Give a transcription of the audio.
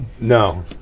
No